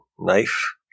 knife